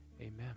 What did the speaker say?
Amen